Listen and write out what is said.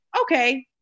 okay